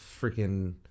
freaking